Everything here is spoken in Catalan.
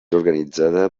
organitzada